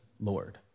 Lord